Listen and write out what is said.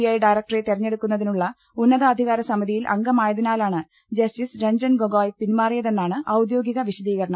I ഡയറക്ടറെ തെരഞ്ഞെടുക്കുന്നതിനുള്ള ഉന്ന താധികാര സമിതിയിൽ അംഗമായതിനാലാണ് ജസ്റ്റിസ് രഞ്ജൻ ഗൊഗോയ് പിന്മാറിയതെന്നാണ് ഔദ്യോഗിക വിശദീകരണം